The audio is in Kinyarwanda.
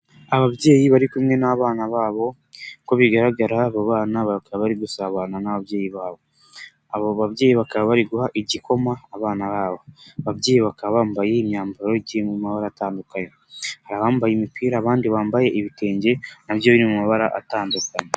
Ababyeyi bari kumwe n'abana babo, uko bigaragara aba bana bakaba bari gusabana n'ababyeyi babo. Aba babyeyi bakaba bari guha igikoma abana babo. Ababyeyi bakaba bambaye imyambaro igiye iri mu mabara atandukanye. Hari abambaye imipira, abandi bambaye ibitenge na byo biri mu mabara atandukanye.